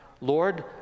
Lord